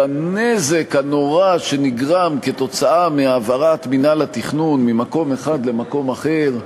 על הנזק הנורא שנגרם מהעברת מינהל התכנון ממקום אחד למקום אחר,